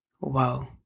whoa